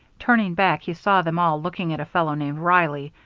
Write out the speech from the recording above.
turning back he saw them all looking at a fellow named reilly,